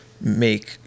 make